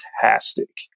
fantastic